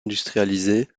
industrialisée